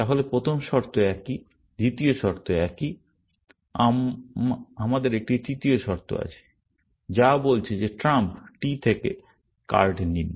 তাহলে প্রথম শর্ত একই দ্বিতীয় শর্ত একই আমরা একটি তৃতীয় শর্ত আছে যা বলছে যে ট্রাম্প t থেকে কার্ড নিন